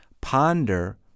Ponder